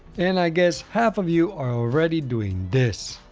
and i guess half of you are already doing this.